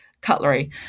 cutlery